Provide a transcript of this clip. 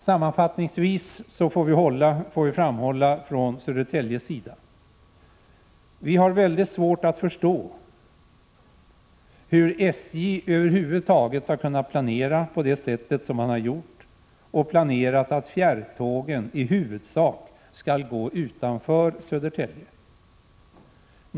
Sammanfattningsvis får vi från Södertäljes sida framhålla följande: Vi har mycket svårt att förstå hur SJ över huvud taget har kunnat planera på det sätt som man gjort, dvs. för att fjärrtågen i huvudsak skall gå utanför Södertälje.